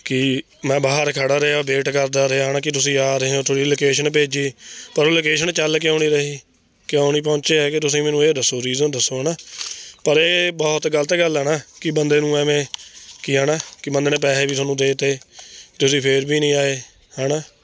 ਕੀ ਮੈਂ ਬਾਹਰ ਖੜਾ ਰਿਹਾ ਵੇਟ ਕਰਦਾ ਰਿਹਾ ਹੈ ਨਾ ਕੀ ਤੁਸੀਂ ਆ ਰਹੇ ਹੋ ਤੁਸੀਂ ਲੋਕੇਸ਼ਨ ਭੇਜੀ ਤੁਹਾਨੂੰ ਲੋਕੇਸ਼ਨ ਚੱਲ ਕਿਉਂ ਨਹੀਂ ਕਿਉਂ ਨਹੀਂ ਪਹੁੰਚੇ ਹੈਗੇ ਤੁਸੀਂ ਮੈਨੂੰ ਇਹ ਦੱਸੋ ਰੀਜ਼ਨ ਦੱਸੋ ਹੈ ਨਾ ਪਰ ਇਹ ਬਹੁਤ ਗਲਤ ਗੱਲ ਹੈ ਹੈ ਨਾ ਕਿ ਬੰਦੇ ਨੂੰ ਐਵੇਂ ਕੀ ਹੈ ਨਾ ਕਿ ਬੰਦੇ ਨੇ ਪੈਸੇ ਵੀ ਤੁਹਾਨੂੰ ਦੇ ਤੇ ਤੁਸੀਂ ਫਿਰ ਵੀ ਨਹੀਂ ਆਏ ਹੈ ਨਾ